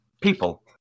people